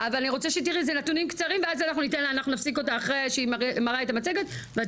לצורך ניצול מיני של אדם.